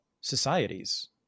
societies